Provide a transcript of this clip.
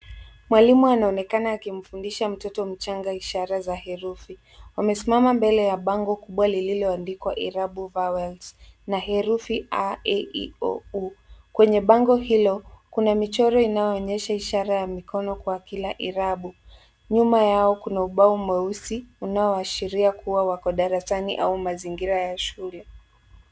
Mwalimu anaonekana akimfundisha mtoto mchanga ishara za herufi. Amesimama mbele ya bango kubwa lililoandikwa irabu vowels na herufi A, E, I, O, U . Kwenye bango hilo, kuna michoro inayoonyesha ishara ya mikono kwa kila irabu. Nyuma yao kuna ubao mweusi unaoashiria kuwa wako darasani au mazingira ya shule.